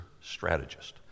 strategist